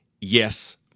yes